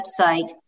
website